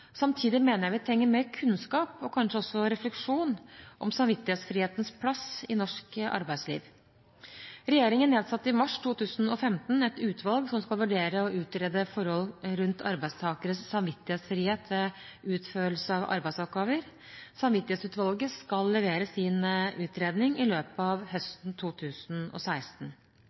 Samtidig mener jeg vi trenger mer kunnskap og kanskje også refleksjon om samvittighetsfrihetens plass i norsk arbeidsliv. Regjeringen nedsatte i mars 2015 et utvalg som skal vurdere og utrede forhold rundt arbeidstakeres samvittighetsfrihet ved utførelse av arbeidsoppgaver. Samvittighetsutvalget skal levere sin utredning i løpet av høsten 2016.